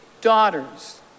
daughters